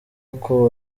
uko